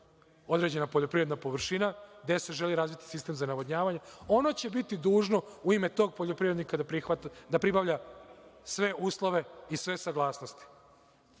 određena poljoprivredna površina, gde se želi razviti sistem za navodnjavanje, ono će biti dužno u ime tog poljoprivrednika da pribavlja sve uslove i sve saglasnosti. Isto